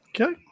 Okay